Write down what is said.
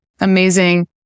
Amazing